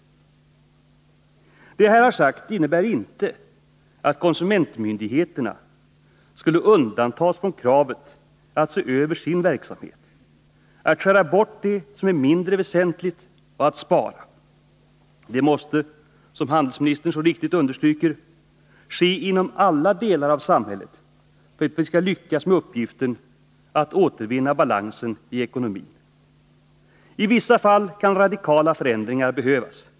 Vad jag här har sagt innebär inte att konsumentmyndigheterna skulle undantas från kravet att se över sin verksamhet, att skära bort det som är mindre väsentligt och att spara. Det måste, som handelsministern så riktigt understryker, ske inom alla delar av samhället för att vi skall lyckas med uppgiften att återvinna balansen i ekonomin. I vissa fall kan radikala förändringar behövas.